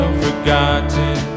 forgotten